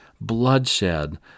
bloodshed